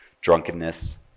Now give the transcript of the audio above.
drunkenness